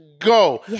go